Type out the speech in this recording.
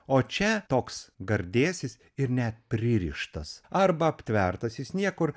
o čia toks gardėsis ir net pririštas arba aptvertas jis niekur